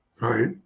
right